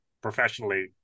professionally